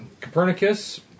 Copernicus